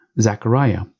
Zachariah